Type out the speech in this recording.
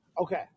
Okay